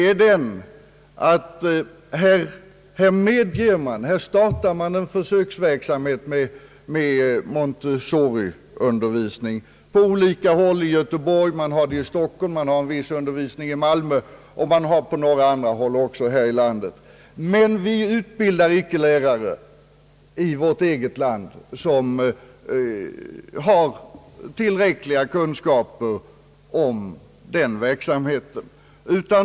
är att man har startat försöksverksamhet med Montessoriundervisning i Göteborg, i Stockholm, i viss utsträckning i Malmö och även på några andra håll. Men vi utbildar icke lärare i vårt eget land med tillräckliga kunskaper om denna verksamhet.